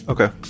Okay